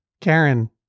Karen